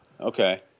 Okay